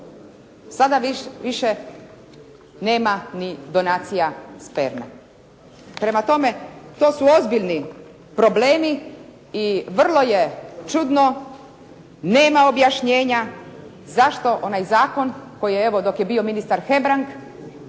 Sada više nema ni donacija sperme. Prema tome, to su ozbiljni problemi i vrlo je čudno, nema objašnjenja zašto onaj zakon koji je evo, dok je bio ministar Hebrang